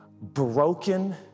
broken